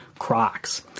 crocs